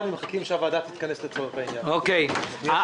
ומחכים שהוועדה תתכנס לצורך העניין הזה.